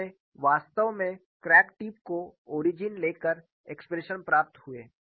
हमें वास्तव में क्रैक टिप को ओरिजिन लेकर एक्सप्रेशन प्राप्त हुए